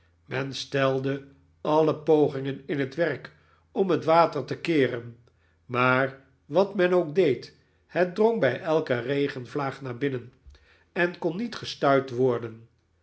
men stelde alle pogingen in het werk om het water te keeren maar wat men ook deed het drong bij elke regen vlaag naar binnen en kon niet gestuit worden